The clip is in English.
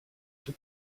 two